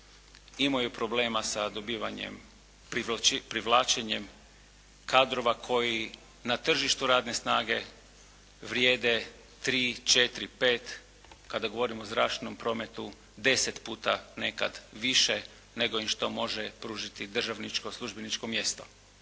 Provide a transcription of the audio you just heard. imaju problema sa dobivanjem privlačenjem kadrova koji na tržištu radne snage vrijede tri, četiri, pet kada govorimo o zračnom prometu, deset puta nekad više nego što im može pružiti državničko službeničko mjesto.